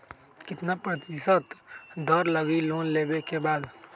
कितना प्रतिशत दर लगी लोन लेबे के बाद?